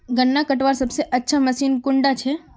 गन्ना कटवार सबसे अच्छा मशीन कुन डा छे?